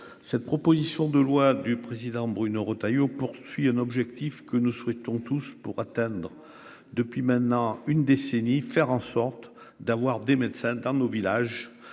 cette proposition de loi du président, Bruno Retailleau, poursuit un objectif que nous souhaitons tous pour atteindre depuis maintenant une décennie, faire en sorte d'avoir des médecins dans nos villages